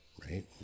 right